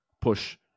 push